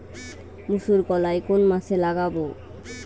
মুসুরকলাই কোন মাসে লাগাব?